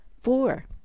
four